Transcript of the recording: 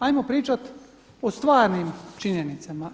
Ajmo pričati o stvarnim činjenicama.